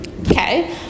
Okay